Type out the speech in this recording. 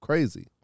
Crazy